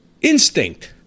instinct